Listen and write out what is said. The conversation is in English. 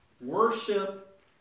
worship